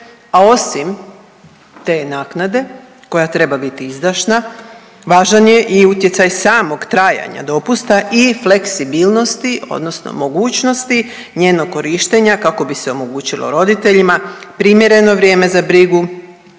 a osim te naknade koja treba biti izdašna važan je i utjecaj samog trajanja dopusta i fleksibilnosti odnosno mogućnosti njenog korištenja kako bi se omogućilo roditeljima primjereno vrijeme za brigu